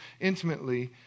intimately